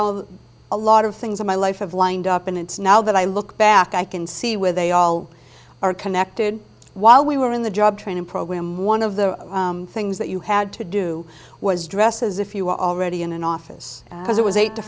all a lot of things in my life have lined up and it's now that i look back i can see where they all are connected while we were in the job training program one of the things that you had to do was dress as if you were already in an office because it was eight to